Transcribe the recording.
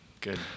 good